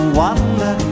wonder